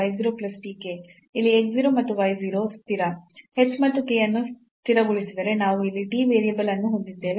ಇಲ್ಲಿ x 0 ಮತ್ತು y 0 ಸ್ಥಿರ h ಮತ್ತು k ಅನ್ನು ಸ್ಥಿರಗೊಳಿಸಿದರೆ ನಾವು ಇಲ್ಲಿ t ವೇರಿಯಬಲ್ ಅನ್ನು ಹೊಂದಿದ್ದೇವೆ